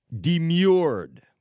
demurred